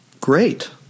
great